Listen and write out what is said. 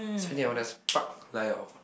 so thing I want does park lay off